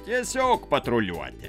tiesiog patruliuoti